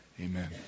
Amen